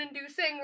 inducing